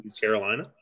Carolina